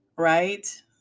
right